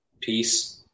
peace